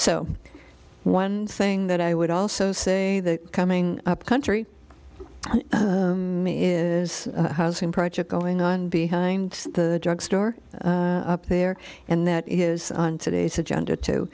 so one thing that i would also say that coming up country me is housing project going on behind the drugstore up there and that is on today's agenda too